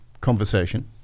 conversation